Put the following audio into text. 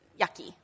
yucky